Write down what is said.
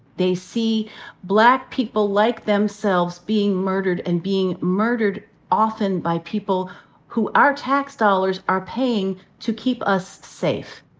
they see black people like themselves being murdered, and being murdered often by people who our tax dollars are paying to keep us safe.